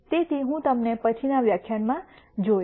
તેથી હું તમને પછીનાં વ્યાખ્યાનમાં જોઈશ